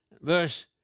Verse